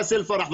באסל פרח,